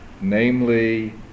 namely